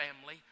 family